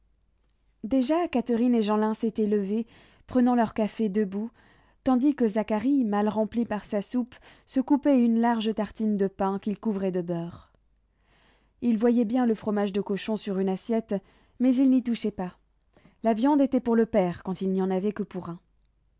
déjà catherine et jeanlin s'étaient levés prenant leur café debout tandis que zacharie mal rempli par sa soupe se coupait une large tartine de pain qu'il couvrait de beurre il voyait bien le fromage de cochon sur une assiette mais il n'y touchait pas la viande était pour le père quand il n'y en avait que pour un